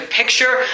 picture